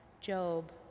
Job